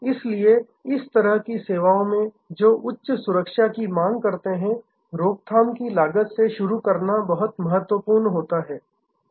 इसलिए इस तरह की सेवाओं में जो उच्च सुरक्षा की मांग करते हैं रोकथाम की लागत से शुरू करना बहुत महत्वपूर्ण है